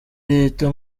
leta